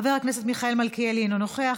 חבר הכנסת מיכאל מלכיאלי, אינו נוכח.